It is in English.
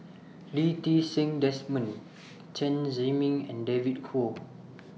Lee Ti Seng Desmond Chen Zhiming and David Kwo